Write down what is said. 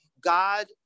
God